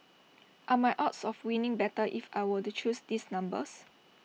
are my odds of winning better if I were to choose these numbers